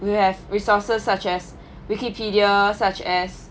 we have resources such as wikipedia such as